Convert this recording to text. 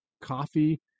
coffee